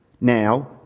Now